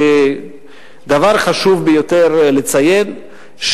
דבר חשוב ביותר לציין,